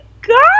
god